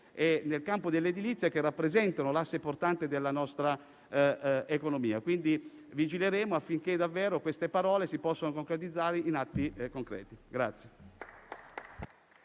nel campo dell'edilizia, che rappresentano un asse portante della nostra economia. Quindi vigileremo, affinché queste parole si possano realizzare in atti concreti.